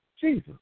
Jesus